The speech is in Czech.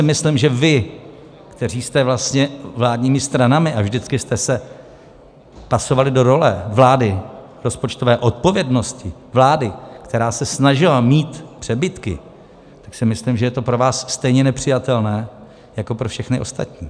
Myslím si, že vy, kteří jste vládními stranami a vždycky jste se pasovali do role vlády rozpočtové odpovědnosti, vlády, která se snažila mít přebytky, si myslím, že je to pro vás stejně nepřijatelné jako pro všechny ostatní.